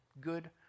good